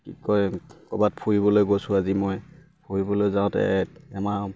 কি কয় ক'ৰবাত ফুৰিবলৈ গৈছোঁ আজি মই ফুৰিবলৈ যাওঁতে আমাৰ